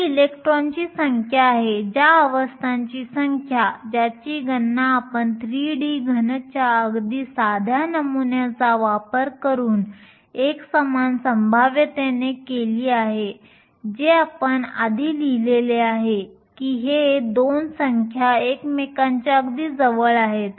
तर ही इलेक्ट्रॉन्सची संख्या आहे ज्या अवस्थांची संख्या ज्याची गणना आपण 3D घनच्या अगदी साध्या नमुन्याचा वापर करून एकसमान संभाव्यतेने केली आहे जे आपण आधी लिहिलेले आहे की हे 2 संख्या एकमेकांच्या अगदी जवळ आहेत